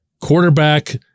quarterback